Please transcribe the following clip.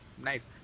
Nice